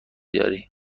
داری